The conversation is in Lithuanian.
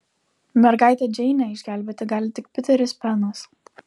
mergaitę džeinę išgelbėti gali tik piteris penas